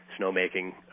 snowmaking